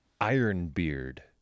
Ironbeard